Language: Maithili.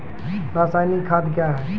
रसायनिक खाद कया हैं?